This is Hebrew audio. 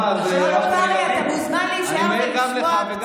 נו, אז מה, אני מעיר גם לך וגם לו.